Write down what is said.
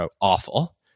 awful